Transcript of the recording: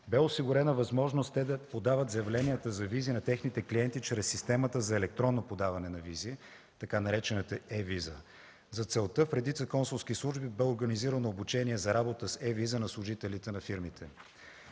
бе осигурена възможност те да подават заявленията за визи на техните клиенти чрез системата за електронно подаване на визи, така наречената „е-виза”. За целта в редица консулски служби бе организирано обучение за работа с е-виза на служителите на фирмите.